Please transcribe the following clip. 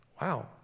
Wow